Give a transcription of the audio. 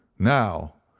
now,